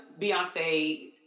Beyonce